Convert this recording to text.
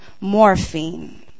morphine